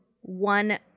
one